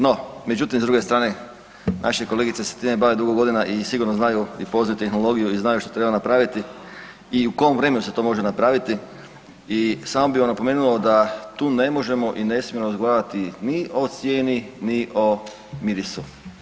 No međutim s druge strane, naše kolegice se time bave dugo godinama i sigurno znaju i poznaju tehnologiju i znaju što treba napraviti i u kom vremenu se to može napraviti i samo bi vam napomenuo da tu ne možemo i ne smijemo razgovarati ni o cijeni, ni o mirisu.